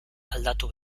aldatu